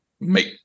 make